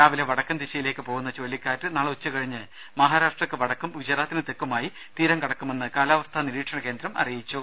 രാവിലെ വടക്കൻ ദിശയിലേക്ക് പോകുന്ന ചുഴലിക്കാറ്റ് നാളെ ഉച്ചകഴിഞ്ഞ് മഹാരാഷ്ട്രക്ക് വടക്കും ഗുജറാത്തിന് തെക്കുമായി തീരം കടക്കുമെന്ന് കാലാവസ്ഥാ നിരീക്ഷണ കേന്ദ്രം അറിയിച്ചു